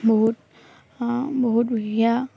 বহুত বহুত